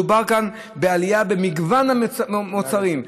מדובר כאן בעלייה במגוון מוצרים.